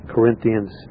Corinthians